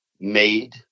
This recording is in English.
made